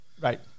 Right